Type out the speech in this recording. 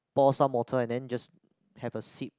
pour some water and then just have a sip